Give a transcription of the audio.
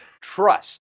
trust